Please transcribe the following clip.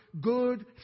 good